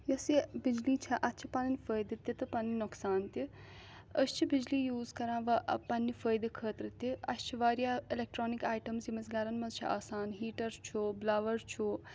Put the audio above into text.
یۄس یہِ بِجلی چھےٚ اَتھ چھِ پَنٕنۍ فٲیدٕ تہِ تہٕ پَنٕنۍ نۄقصان تہِ أسۍ چھِ بِجلی یوٗز کَران پَننہِ فٲیدٕ خٲطرٕ تہِ اَسہِ چھِ واریاہ اِلیٚکٹرٛانِک آیٹمٕز یِم اَسہِ گَرَن منٛز چھِ آسان ہیٖٹر چھُ بٕلووَر چھُ